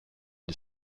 des